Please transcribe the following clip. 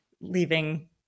leaving